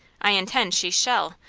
i intend she shall!